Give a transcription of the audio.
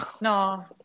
No